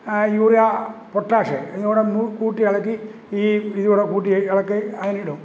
urea potash ഇതുങ്കൂടെ കൂട്ടിയിളക്കി ഈ ഇതുകൂടെ കൂട്ടിയിളക്കി അതിനിടും